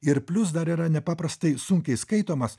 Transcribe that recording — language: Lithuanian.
ir plius dar yra nepaprastai sunkiai skaitomas